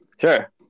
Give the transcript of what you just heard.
Sure